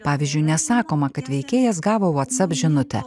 pavyzdžiui nesakoma kad veikėjas gavo vatsap žinutę